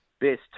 best